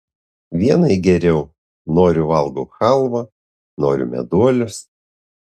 vienai geriau noriu valgau chalvą noriu meduolius